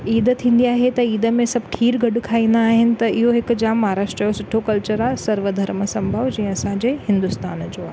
ईद थींदी आहे त ईद में सभु खीर गॾु खाईंदा आहिनि त इहो हिकु जाम महाराष्ट्रा जो सुठो कल्चर आहे सर्व धर्म संभव जीअं असांजे हिंदूस्तान जो आहे